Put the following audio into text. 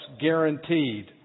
guaranteed